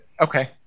Okay